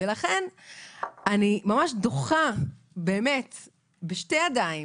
לכן אני ממש דוחה בשתי ידיים,